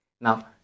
Now